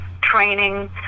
training